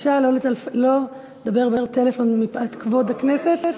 בבקשה לא לדבר בטלפון במליאה מפאת כבוד הכנסת.